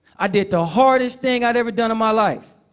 i did the hardest thing i'd ever done in my life.